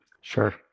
Sure